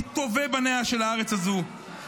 מטובי בניה של הארץ הזאת,